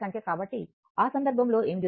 కాబట్టి ఆ సందర్భంలో ఏమి జరుగుతుంది